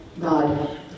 God